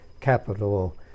capital